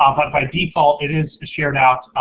um but by default, it is shared out,